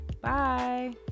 Bye